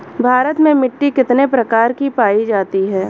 भारत में मिट्टी कितने प्रकार की पाई जाती हैं?